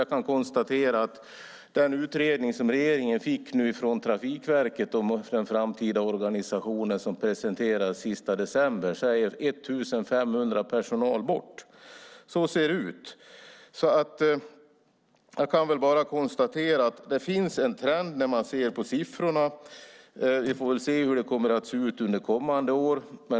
Jag kan nämna att i den utredning om den framtida organisationen som Trafikverket presenterade för regeringen den sista december sägs att 1 500 personer ska bort. Det finns alltså en trend när man ser på siffrorna. Vi får väl se hur det kommer att se ut under kommande år.